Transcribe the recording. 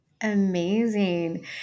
Amazing